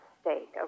stake